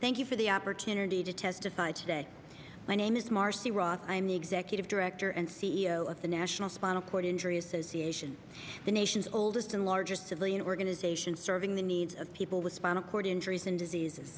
thank you for the opportunity to testify today my name is marcy ross i'm the executive director and c e o of the national spinal cord injury association the nation's oldest and largest civilian organization serving the needs of people with spinal cord injuries and diseases